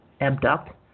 abduct